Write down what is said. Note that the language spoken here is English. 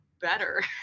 better